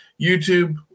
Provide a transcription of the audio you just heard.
YouTube